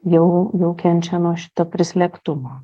jau jau kenčia nuo šito prislėgtumo